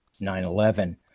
9-11